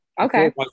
Okay